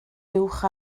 uwch